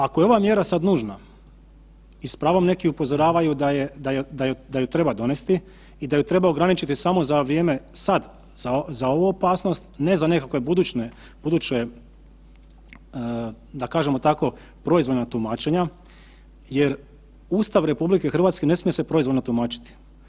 Ako je ova mjera sad nužna i s pravom neki upozoravaju da je, da je, da ju, da ju treba donesti i da ju treba ograničiti samo za vrijeme sad, za, za ovu opasnost, ne za nekakve buduće, da kažemo tako, proizvoljna tumačenja jer Ustav RH ne smije se proizvoljno tumačiti.